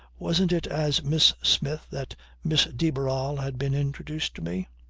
wasn't it as miss smith that miss de barral had been introduced to me?